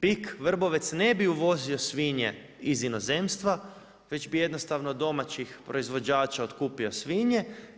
PIK Vrbovec ne bi uvozio svinje iz inozemstva već bi jednostavno od domaćih proizvođača otkupio svinje.